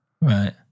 Right